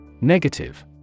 Negative